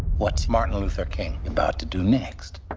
what's martin luther king about to do next?